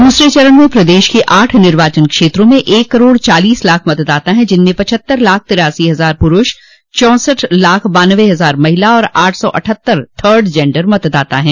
दूसरे चरण में प्रदेश के आठ निर्वाचन क्षेत्रों में एक करोड़ चालीस लाख मतदाता हैं जिनमें पचहत्तर लाख तिरासी हजार पुरूष चौसठ लाख बान्नबे हजार महिला और आठ सौ अठहत्तर थर्ड जेंडर मतदाता है